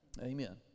Amen